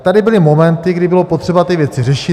Tady byly momenty, kdy bylo potřeba ty věci řešit.